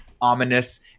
ominous